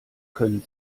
können